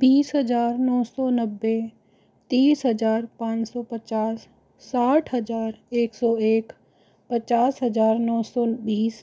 बीस हज़ार नौ सौ नब्बे तीस हज़ार पाँच सौ पचास साठ हज़ार एक सौ एक पचास हज़ार नौ सौ बीस